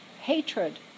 hatred